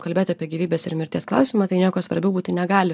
kalbėt apie gyvybės ir mirties klausimą tai nieko svarbiau būti negali